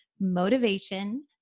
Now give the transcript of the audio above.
motivation